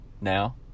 now